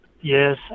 Yes